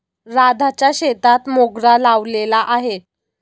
राधाच्या शेतात मोगरा लावलेला आहे